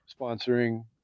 sponsoring